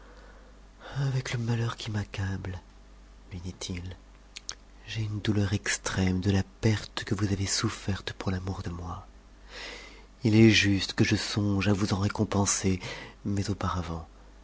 avec le malheur qui m'accable lui dit-il j'ai une douleur extrême de la perte que vous avez soufferte pour l'amour de moi il est juste que je songe à vous en récomftisef mais auparavant